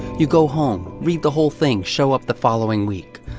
you go home, read the whole thing, show up the following week.